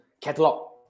catalog